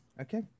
Okay